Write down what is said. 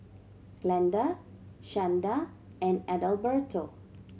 Glenda Shanda and Adalberto